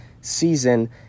season